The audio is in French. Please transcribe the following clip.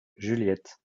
juliette